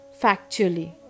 factually